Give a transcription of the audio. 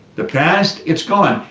the past, it's gone.